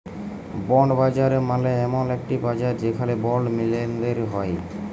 bond বাজার মালে এমল একটি বাজার যেখালে বন্ড লেলদেল হ্য়েয়